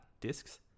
discs